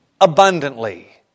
abundantly